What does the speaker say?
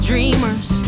dreamers